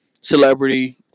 celebrity